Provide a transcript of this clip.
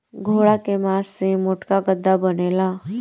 घोड़ा के मास से मोटका गद्दा बनेला